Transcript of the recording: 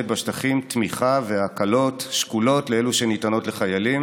בשטחים תמיכה והקלות שקולות לאלו שניתנות לחיילים